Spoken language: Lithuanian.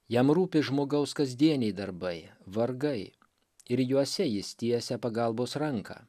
jam rūpi žmogaus kasdieniai darbai vargai ir juose jis tiesia pagalbos ranką